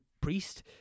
priest